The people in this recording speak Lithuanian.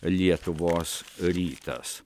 lietuvos rytas